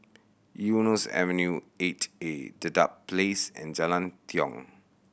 Eunos Avenue Eight A Dedap Place and Jalan Tiong